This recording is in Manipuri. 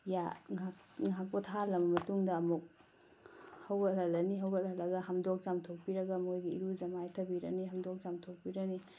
ꯉꯥꯏꯍꯥꯛ ꯄꯣꯊꯥꯍꯜꯂꯕ ꯃꯇꯨꯡꯗ ꯑꯃꯨꯛ ꯍꯧꯒꯠꯍꯜꯂꯅꯤ ꯍꯧꯒꯠꯍꯜꯂꯒ ꯍꯥꯝꯗꯣꯛ ꯆꯥꯝꯊꯣꯛꯄꯤꯔꯒ ꯃꯣꯏꯒꯤ ꯏꯔꯨꯖ ꯃꯥꯏꯊꯕꯤꯔꯅꯤ ꯍꯥꯝꯗꯣꯛ ꯆꯥꯝꯊꯣꯛꯄꯤꯔꯅꯤ